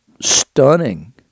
stunning